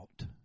out